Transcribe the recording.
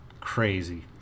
crazy